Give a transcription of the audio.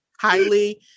Highly